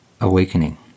awakening